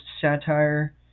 satire